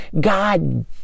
God